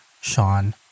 Sean